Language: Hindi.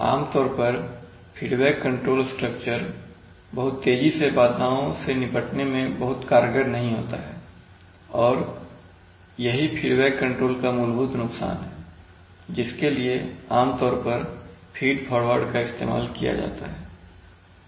आमतौर पर फीडबैक कंट्रोल स्ट्रक्चर बहुत तेजी से बाधाओं से निपटने में बहुत कारगर नहीं होता है और यही फीडबैक कंट्रोल का मूलभूत नुकसान है जिसके लिए आम तौर पर फीड फॉरवर्ड का इस्तेमाल किया जाता है